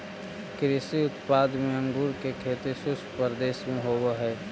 कृषि उत्पाद में अंगूर के खेती शुष्क प्रदेश में होवऽ हइ